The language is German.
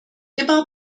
immer